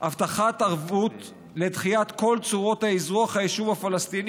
הבטחת ערבות לדחיית כל צורות אזרוח היישוב הפלסטיני